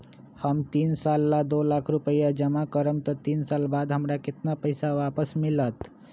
हम तीन साल ला दो लाख रूपैया जमा करम त तीन साल बाद हमरा केतना पैसा वापस मिलत?